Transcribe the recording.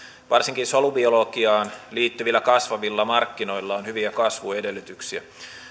varsinkin solubiologiaan liittyvillä kasvavilla markkinoilla on hyviä kasvuedellytyksiä